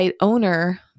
owner